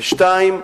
ודבר שני,